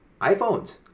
iPhones